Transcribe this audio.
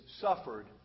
suffered